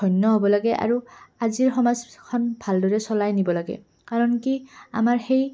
ধন্য হ'ব লাগে আৰু আজিৰ সমাজখন ভালদৰে চলাই নিব লাগে কাৰণ কি আমাৰ সেই